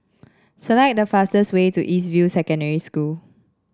select the fastest way to East View Secondary School